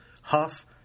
Huff